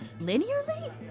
linearly